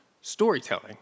storytelling